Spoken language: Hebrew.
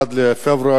1 בפברואר,